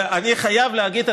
ואני חייב להגיד,